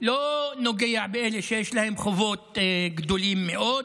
לא נוגע באלה שיש להם חובות גדולים מאוד.